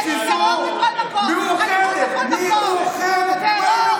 יש בה טרור בכל מקום, אלימות בכל מקום.